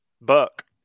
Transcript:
Buck